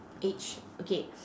age okay